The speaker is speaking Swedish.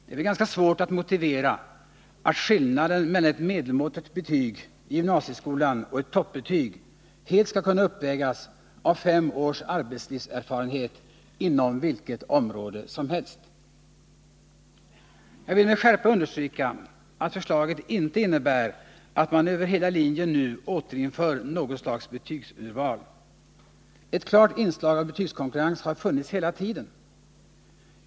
Det är väl ganska svårt att motivera att skillnaden mellan ett medelmåttigt betyg i gymnasieskolan och ett toppbetyg helt skall kunna uppvägas av fem års arbetslivserfarenhet inom vilket område som helst. Jag vill med skärpa understryka att förslaget inte innebär att man över hela linjen nu återinför något slags betygsurval. Ett klart inslag av betygskonkurrens har funnits hela tiden.